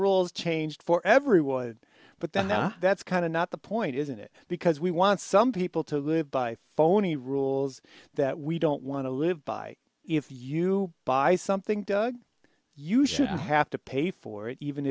rules changed for every would but then that that's kind of not the point isn't it because we want some people to live by phony rules that we don't want to live by if you buy something doug you shouldn't have to pay for it even